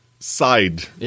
side